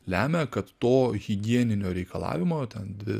lemia kad to higieninio reikalavimo ten dvi